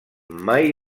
mai